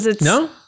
No